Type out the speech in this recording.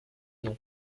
nom